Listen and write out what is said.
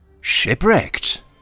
Shipwrecked